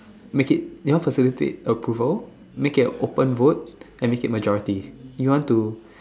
make it you know facilitate a approval make it an open vote and make it majority you want to